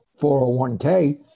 401k